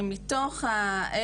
מתוך ה,